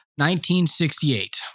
1968